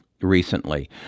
recently